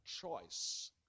choice